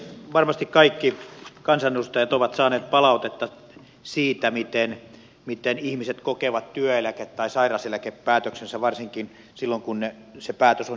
varmasti kaikki kansanedustajat ovat saaneet palautetta siitä miten ihmiset kokevat työeläke tai sairauseläkepäätöksensä varsinkin silloin kun se päätös on hylkäävä